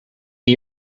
the